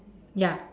ya